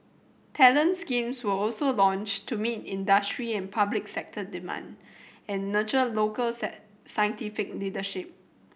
talent schemes were also launched to meet industry and public sector demand and nurture local scientific leadership